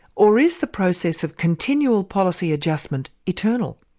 or is the process of continual policy adjustment eternal?